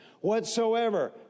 whatsoever